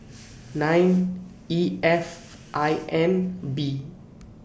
nine E F I N B